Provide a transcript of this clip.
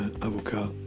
avocat